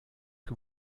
que